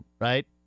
right